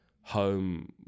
home